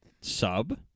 sub